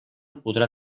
podrà